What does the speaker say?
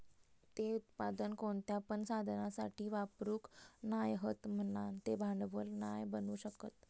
ते उत्पादन कोणत्या पण साधनासाठी वापरूक नाय हत म्हणान ते भांडवल नाय बनू शकत